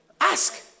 Ask